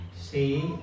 See